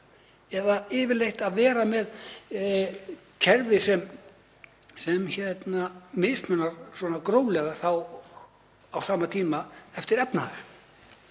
eða yfirleitt að vera með kerfi sem mismunar svona gróflega á sama tíma eftir efnahag.